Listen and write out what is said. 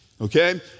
Okay